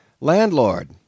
Landlord